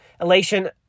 elation